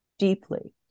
deeply